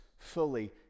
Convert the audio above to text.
fully